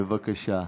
בבקשה.